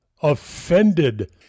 offended